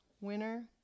winner